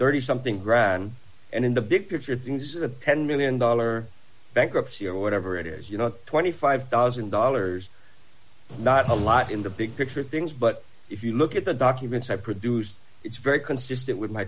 thirty something grand and in the big picture things at ten million dollars bankruptcy or whatever it is you know twenty five thousand dollars not a lot in the big picture of things but if you look at the documents i produced it's very consistent with my